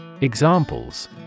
Examples